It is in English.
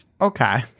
Okay